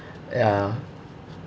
ya